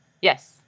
Yes